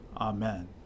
Amen